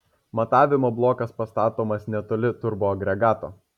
matavimo blokas pastatomas netoli turboagregato